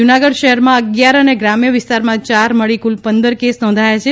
જૂનાગઢ શહેરમાં અગીયાર અને ગ્રામ્ય વિસ્તારમાં યાર મળી કુલ પંદર કેસ નોંધાયા છે